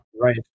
Right